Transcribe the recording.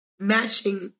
Matching